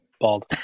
Bald